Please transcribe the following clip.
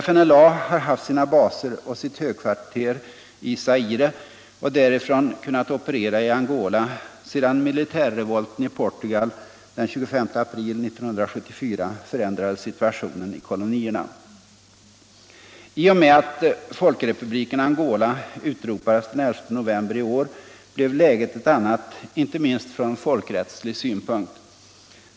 FNLA har haft sina baser och sitt högkvarter i Zaire och därifrån kunnat operera i Angola sedan militärrevolten i Portugal den 25 april 1974 förändrade situationen i kolonierna. I och med att Folkrepubliken Angola utropades den 11 november i år blev läget ett annat, inte minst från folkrättslig synpunkt.